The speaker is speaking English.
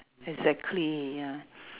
exactly ya